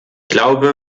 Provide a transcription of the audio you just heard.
glaube